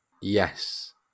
Yes